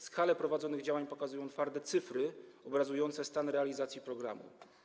Skalę prowadzonych działań pokazują twarde liczby obrazujące stan realizacji programu.